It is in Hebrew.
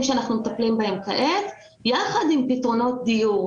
שאנחנו מטפלים בהם כעת יחד עם פתרונות דיור,